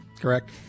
correct